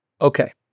Okay